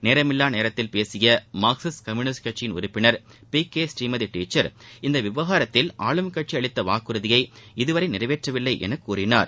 நேரமில்ல நேரத்தில் பேசிய Marxist Communist கட்சி உறுப்பினர் பி கே பநீமதி டீச்சர் இந்த விவகாரத்தில் ஆளுங்கட்சி அளித்த வாக்குறுதியை இதுவரை நிறைவேற்றவில்லை என கூறினார்